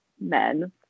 men